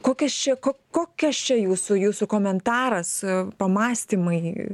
kokias čia ko kokias čia jūsų jūsų komentaras pamąstymai